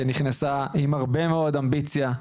שנכנסה עם הרבה מאוד אמביציה,